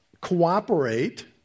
cooperate